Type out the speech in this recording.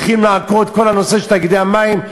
צריכים לעקור את כל הנושא של תאגידי המים,